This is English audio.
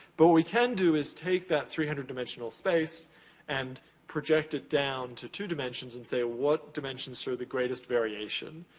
but what we can do is take that three hundred dimensional space and project it down to two dimensions and say what dimensions show the greatest variation?